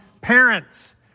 parents